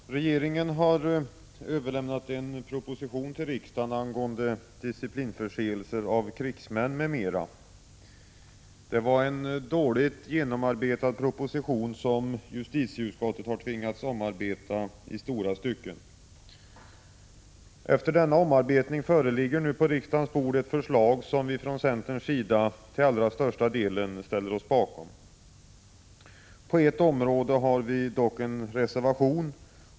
Herr talman! Regeringen har till riksdagen överlämnat en proposition angående disciplinförseelser av krigsmän m.m. Det var en dåligt genomarbetad proposition, som justitieutskottet har tvingats omarbeta i stora stycken. Efter denna omarbetning ligger nu på riksdagens bord ett förslag som vi från centerns sida till allra största delen ställer oss bakom. På ett område har vi dock avgett en reservation.